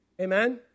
Amen